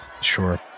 Sure